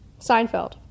Seinfeld